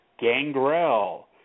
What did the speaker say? Gangrel